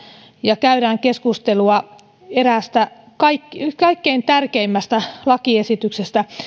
ja jossa käydään keskustelua eräästä kaikkein tärkeimmistä lakiesityksistä